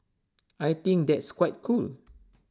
I think that's quite cool